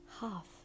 half